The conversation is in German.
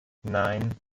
nein